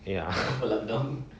ya